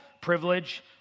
privilege